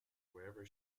wherever